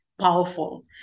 powerful